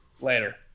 Later